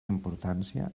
importància